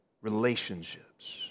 relationships